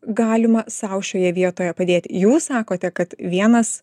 galima sau šioje vietoje padėti jūs sakote kad vienas